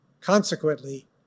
Consequently